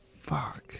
Fuck